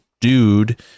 dude